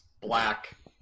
black